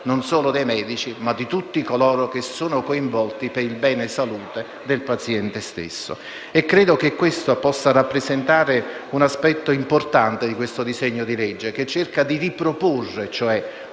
non solo dei medici, ma di tutti coloro che sono coinvolti per il bene e la salute del paziente. Credo che questo possa rappresentare un aspetto importante del disegno di legge, che cerca di riproporre